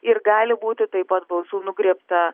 ir gali būti taip pat balsų nugriebta